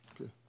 Okay